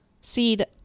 Seed